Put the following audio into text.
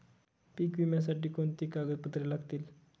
पीक विम्यासाठी कोणती कागदपत्रे लागतील?